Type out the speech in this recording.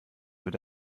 wird